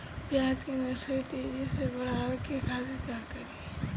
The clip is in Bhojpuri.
प्याज के नर्सरी तेजी से बढ़ावे के खातिर का करी?